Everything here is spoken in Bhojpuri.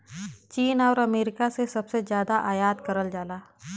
चीन आउर अमेरिका से सबसे जादा आयात करल जाला